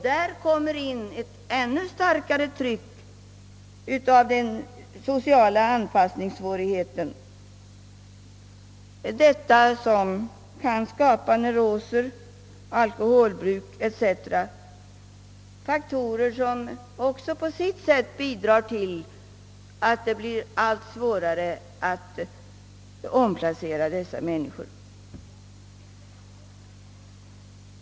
Det kommer där in ett ännu starkare tryck av den sociala anpassningssvårigheten, något som kan skapa nevroser, alkoholbruk etc., allt faktorer som också på sitt sätt bidrar till att det blir allt svårare att omplacera dessa människor.